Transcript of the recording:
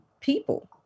people